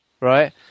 right